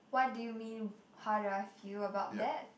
what do you mean how do I feel about that